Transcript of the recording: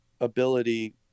ability